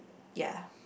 ya